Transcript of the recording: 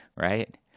right